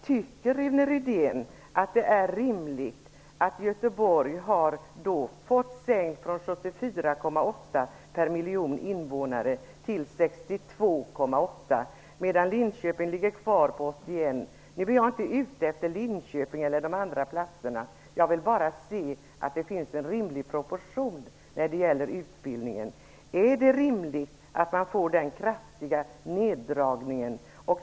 Tycker Rune Rydén att det är rimligt att Göteborg har fått antalet platser sänkt från 74,8 per miljon invånare till 62,8, medan Linköping ligger kvar på 81? Jag är inte ute efter Linköping eller de andra högskoleorterna, utan jag vill bara se till att det skall finnas en rimlig proportion när det gäller utbildningen. Är det rimligt att man får den kraftiga neddragningen?